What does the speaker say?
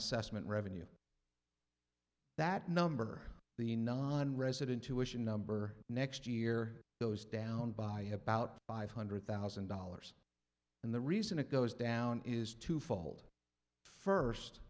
assessment revenue that number the nonresident tuition number next year those down by about five hundred thousand dollars and the reason it goes down is twofold first